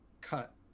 cut